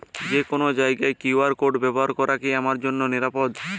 যে কোনো জায়গার কিউ.আর কোড ব্যবহার করা কি আমার জন্য নিরাপদ?